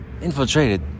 infiltrated